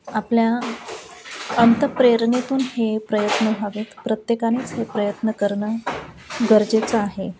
आपल्या अंतप्रेरणेतून हे प्रयत्न हवेत प्रत्येकानेच हे प्रयत्न करणं गरजेचं आहे